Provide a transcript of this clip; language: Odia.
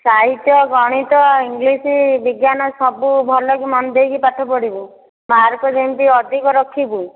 ସାହିତ୍ୟ ଗଣିତ ଇଂଗ୍ଲିସ୍ ବିଜ୍ଞାନ ସବୁ ଭଲକି ମନ ଦେଇକି ପାଠ ପଢ଼ିବୁ ମାର୍କ୍ ଯେମିତି ଅଧିକ ରଖିବୁ